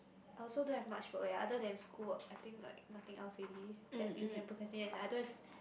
I also don't have much work eh other than school work I think like nothing else already that you can procrastinate that I don't have